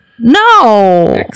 no